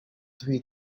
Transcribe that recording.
three